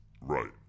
Right